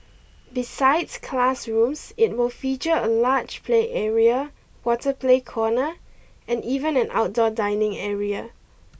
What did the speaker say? besides classrooms it will feature a large play area water play corner and even an outdoor dining area